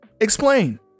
Explain